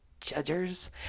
Judgers